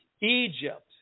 Egypt